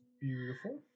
beautiful